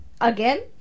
again